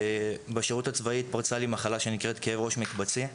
בשירות הצבאי התפרצה לי מחלה שנקראת כאב ראש מקבצי.